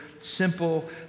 simple